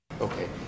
Okay